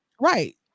Right